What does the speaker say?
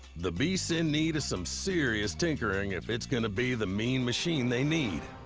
the beast's in need of some serious tinkering if it's gonna be the mean machine they need.